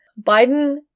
biden